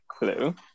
hello